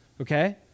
okay